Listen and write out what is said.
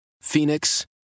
phoenix